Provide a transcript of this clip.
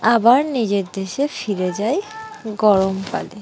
আবার নিজের দেশে ফিরে যায় গরমকালে